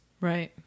Right